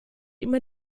immer